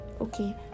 Okay